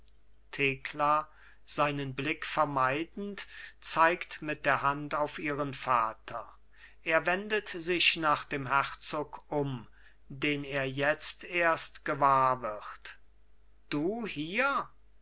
thekla seinen blick vermeidend zeigt mit der hand auf ihren vater er wendet sich nach dem herzog um den er jetzt erst gewahr wird du hier